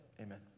Amen